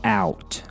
out